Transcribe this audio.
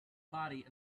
body